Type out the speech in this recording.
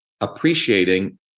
appreciating